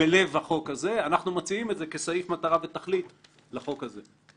בלב החוק הזה אז אנחנו מציעים את זה כסעיף מטרה ותכלית לחוק הזה.